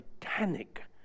titanic